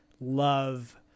love